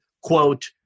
quote